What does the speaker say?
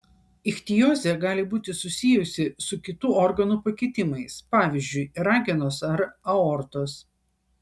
ichtiozė gali būti susijusi su kitų organų pakitimais pavyzdžiui ragenos ar aortos